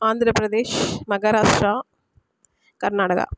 Andhra Pradesh Maharashtra Karnataka